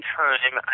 time